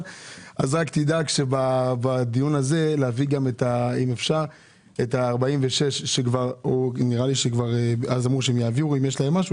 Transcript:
תדאג להביא את ה-46 שכבר אז אמרו שיעבירו אם יש להם משהו.